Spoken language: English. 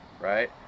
right